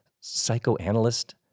psychoanalyst